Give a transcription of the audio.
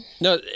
no